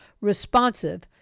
responsive